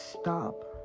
stop